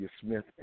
Smith